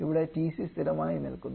ഇവിടെ TC സ്ഥിരമായി നിൽക്കുന്നു